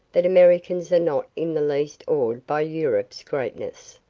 that americans are not in the least awed by europe's greatness.